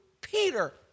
Peter